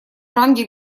ранге